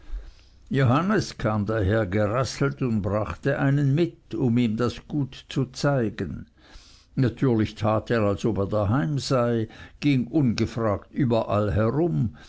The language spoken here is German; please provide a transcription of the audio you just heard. johannes kam dahergerasselt und brachte einen mit um ihm das gut zu zeigen natürlich tat er als ob er daheim sei ging ungefragt überall herum